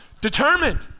Determined